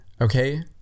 okay